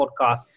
podcast